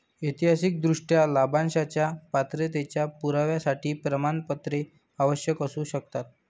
ऐतिहासिकदृष्ट्या, लाभांशाच्या पात्रतेच्या पुराव्यासाठी प्रमाणपत्रे आवश्यक असू शकतात